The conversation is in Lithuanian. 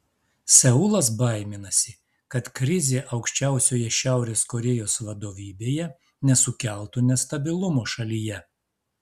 seulas baiminasi kad krizė aukščiausioje šiaurės korėjos vadovybėje nesukeltų nestabilumo šalyje